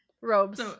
Robes